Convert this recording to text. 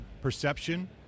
perception